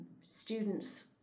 students